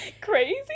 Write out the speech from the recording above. Crazy